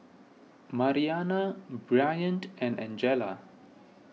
Mariana Bryant and Angella